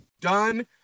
done –